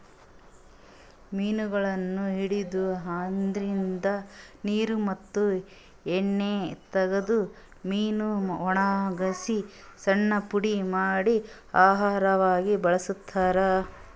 ಮೀನಗೊಳನ್ನ್ ಹಿಡದು ಅದ್ರಿನ್ದ ನೀರ್ ಮತ್ತ್ ಎಣ್ಣಿ ತಗದು ಮೀನಾ ವಣಗಸಿ ಸಣ್ಣ್ ಪುಡಿ ಮಾಡಿ ಆಹಾರವಾಗ್ ಬಳಸ್ತಾರಾ